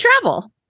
travel